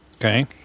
okay